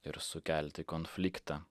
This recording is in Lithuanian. ir sukelti konfliktą